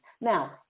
Now